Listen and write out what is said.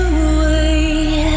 away